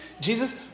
Jesus